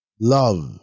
love